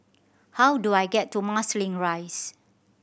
how do I get to Marsiling Rise